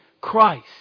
Christ